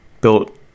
built